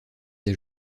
des